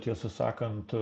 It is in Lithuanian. tiesą sakant